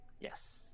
yes